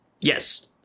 Yes